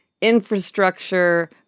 infrastructure